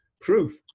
proof